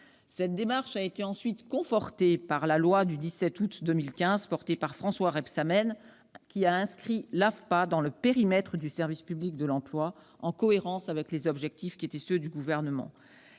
Cette démarche a été confortée par la loi du 17 août 2015, défendue par François Rebsamen, qui a inscrit l'AFPA dans le périmètre du service public de l'emploi, en pleine cohérence avec les objectifs politiques du Gouvernement.